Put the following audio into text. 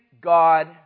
God